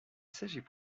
s’agit